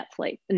Netflix